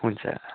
हुन्छ